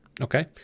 Okay